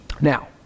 Now